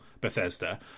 bethesda